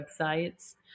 websites